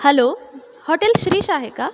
hello hotel Shirish आहे का